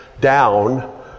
down